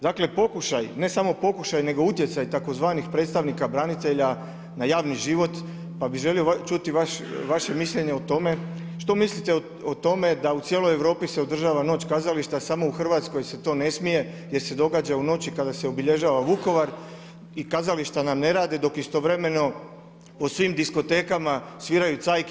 Dakle, pokušaj, ne samo pokušaj nego utjecaj tzv. predstavnika branitelja na javni život pa bih želio čuti vaše mišljenje o tome što mislite o tome da u cijeloj Europi se održava noć kazališta, samo u Hrvatskoj se to ne smije jer se događa u noći kada se obilježava Vukovar i kazališta nam ne rade, dok istovremeno po svim diskotekama sviraju cajke.